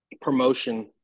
Promotion